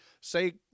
Say